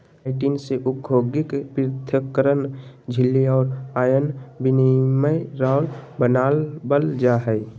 chitin से औद्योगिक पृथक्करण झिल्ली और आयन विनिमय राल बनाबल जा हइ